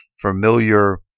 familiar